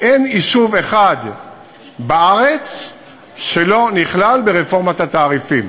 אין יישוב אחד בארץ שלא נכלל ברפורמת התעריפים.